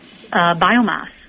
biomass